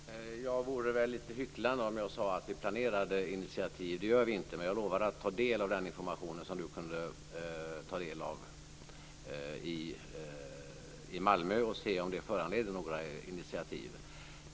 Fru talman! Jag vore väl litet hycklande om jag skulle säga att vi planerar initiativ. Det gör vi inte. Men jag lovar att ta del av den information som Karin Svensson Smith kunde ta del av i Malmö för att se om det föranleder några initiativ.